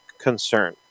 concern